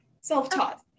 self-taught